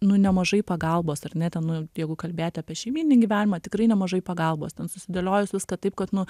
nu nemažai pagalbos ar ne ten nu jeigu kalbėti apie šeimyninį gyvenimą tikrai nemažai pagalbos ten susidėliojus viską taip kad nu